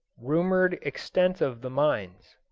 rumoured extent of the mines